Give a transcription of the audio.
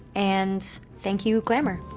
and thank you, glamour.